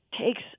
takes